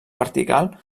vertical